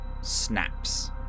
snaps